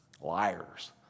liars